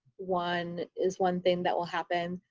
one, is one thing that will happen.